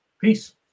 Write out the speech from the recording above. peace